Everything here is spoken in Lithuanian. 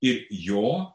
ir jo